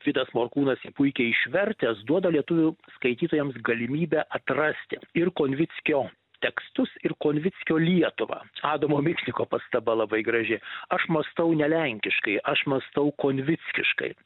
vidas morkūnas jį puikiai išvertęs duoda lietuvių skaitytojams galimybę atrasti ir konvickio tekstus ir konvickio lietuvą adamo michniko pastaba labai graži aš mąstau ne lenkiškai aš mąstau konvickiškai